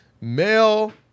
Male